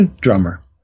Drummer